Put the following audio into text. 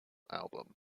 album